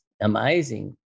amazing